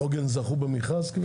עוגן זכו במכרז?